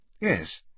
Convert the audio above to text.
Yes